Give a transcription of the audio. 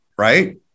Right